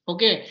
Okay